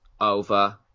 over